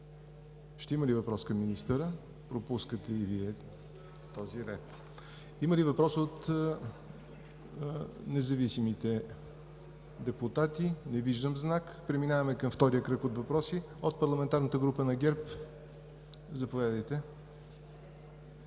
ще има ли въпрос към министъра? И Вие пропускате в този ред. Има ли въпроси от независимите депутати? Не виждам знак. Преминаваме към втория кръг от въпроси. От парламентарната група на ГЕРБ – заповядайте.